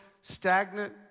stagnant